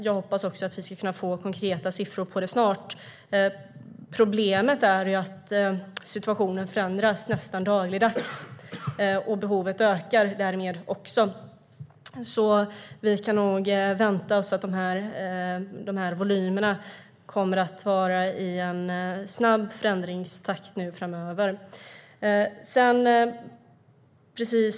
Jag hoppas att vi ska kunna få konkreta siffror snart. Problemet är att situationen förändras nästan dagligdags, och behovet ökar därmed. Vi kan nog vänta oss att volymerna kommer att vara i en snabb förändringstakt nu framöver.